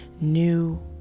new